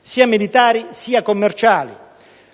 sia militari sia commerciali,